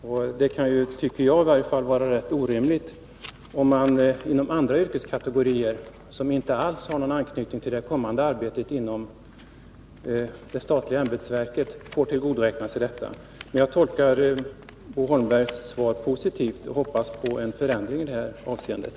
Något annat är, tycker jag, rätt orimligt, dvs. om andra yrkeskategorier, som inte alls har någon anknytning till det kommande arbetet inom det statliga ämbetsverket, får tillgodoräkna sig tidigare yrkeserfarenheter. Jag tolkar Bo Holmbergs svar positivt och hoppas på en förändring i det här avseendet.